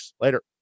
later